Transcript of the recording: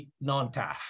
non-TAF